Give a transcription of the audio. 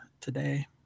today